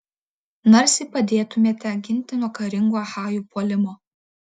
narsiai padėtumėte ginti nuo karingų achajų puolimo